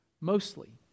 mostly